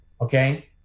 okay